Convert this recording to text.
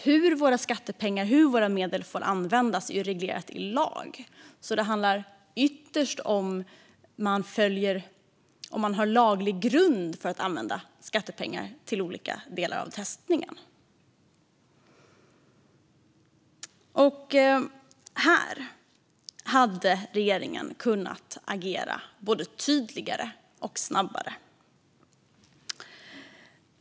Hur våra skattemedel får användas är reglerat i lag, så det handlar ytterst om ifall det finns laglig grund för att använda skattepengar till olika delar av testningen. Här hade regeringen kunnat agera både tydligare och snabbare.